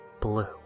blue